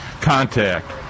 contact